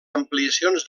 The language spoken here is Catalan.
ampliacions